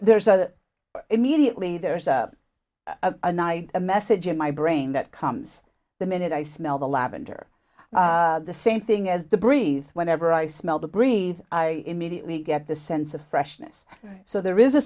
there's a immediately there's a message in my brain that comes the minute i smell the lavender the same thing as the breeze whenever i smell the breed i immediately get the sense of freshness so there is a